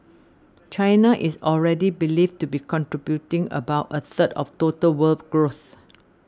China is already believed to be contributing about a third of total world growth